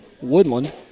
Woodland